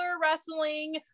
wrestling